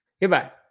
Goodbye